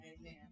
Amen